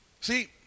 See